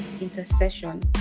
intercession